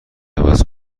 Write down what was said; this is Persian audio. عوض